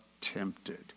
tempted